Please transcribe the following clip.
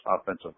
offensive